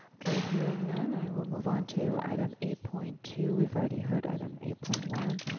okay, hearing none, i will move on to item eight point two, we've already heard item eight point one.